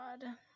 God